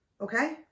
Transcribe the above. Okay